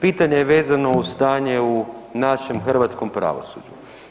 Pitanje je vezano uz stanje u našem hrvatskom pravosuđu.